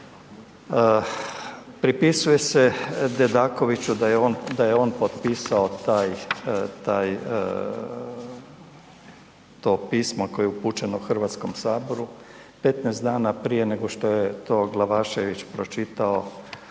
Pripisuje se Dedakoviću da je on, da je on potpisao taj, taj, to pismo koje je upućeno HS, 15 dana prije nego što je to Glavašević pročitao,